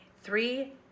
Three